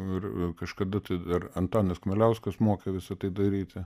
ir kažkada tai dar antanas kmieliauskas mokė visa tai daryti